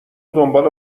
دنبال